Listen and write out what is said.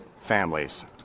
families